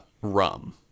rum